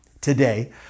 Today